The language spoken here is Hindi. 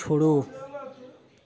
छोड़ो